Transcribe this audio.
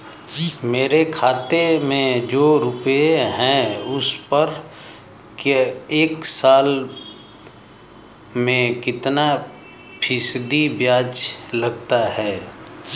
मेरे खाते में जो रुपये हैं उस पर एक साल में कितना फ़ीसदी ब्याज लगता है?